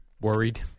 worried